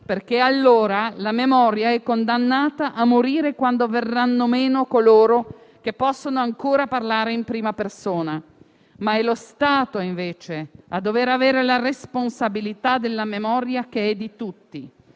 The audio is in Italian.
perché allora la memoria è condannata a morire quando verranno meno coloro che possono ancora parlare in prima persona. È lo Stato, invece, a dover avere la responsabilità della memoria che è di tutti;